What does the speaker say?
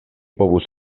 povus